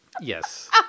yes